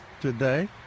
today